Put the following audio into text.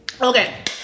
Okay